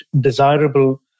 desirable